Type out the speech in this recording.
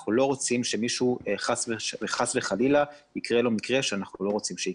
אנחנו לא רוצים שחלילה למישהו יקרה מקרה שאנחנו לא רוצים שיקרה.